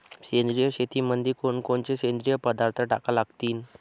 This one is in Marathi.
सेंद्रिय शेतीमंदी कोनकोनचे सेंद्रिय पदार्थ टाका लागतीन?